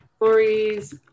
Lori's